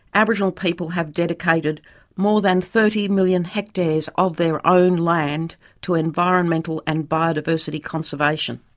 aboriginal people have dedicated more than thirty million hectares of their own land to environmental and biodiversity conservation.